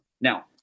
Now